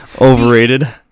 overrated